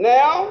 Now